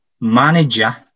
manager